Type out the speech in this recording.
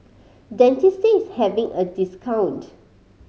Dentists having a discount